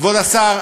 כבוד השר,